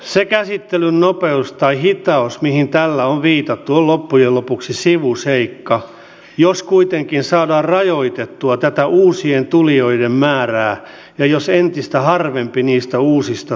se käsittelyn nopeus tai hitaus mihin tällä on viitattu on loppujen lopuksi sivuseikka jos kuitenkin saadaan rajoitettua tätä uusien tulijoiden määrää ja jos entistä harvempi niistä uusista tulijoista jää